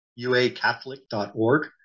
UACatholic.org